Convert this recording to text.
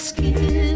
Skin